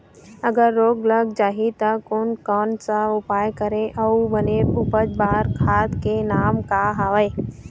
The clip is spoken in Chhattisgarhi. अगर रोग लग जाही ता कोन कौन सा उपाय करें अउ बने उपज बार खाद के नाम का हवे?